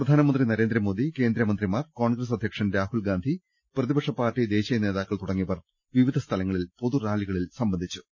പ്രധാനമന്ത്രി നരേന്ദ്രമോദി കേന്ദ്ര മന്ത്രിമാർ കോൺഗ്രസ് അധ്യക്ഷൻ രാഹുൽ ഗാന്ധി പ്രതിപക്ഷ പാർട്ടി ദേശീയ നേതാക്കൾ തുടങ്ങിയവർ വിവിധ സ്ഥലങ്ങളിൽ പൊതുറാലികളിൽ സംബന്ധിച്ചു